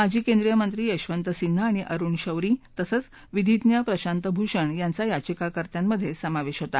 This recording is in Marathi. माजी केंद्रीय मंत्री यशंवत सिन्हा आणि अरुण शौरी तसंच विधीज्ञ प्रशांत भूषण यांचा याचिकाकर्त्यांमधे समावेश होता